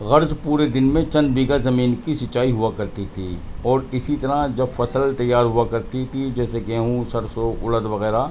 غرض پورے دن میں چند بیگھہ زمین کی سینچائی ہوا کرتی تھی اور اسی طرح جب فصل تیار ہوا کرتی تھی جیسے گیہوں سرسوں ارد وغیرہ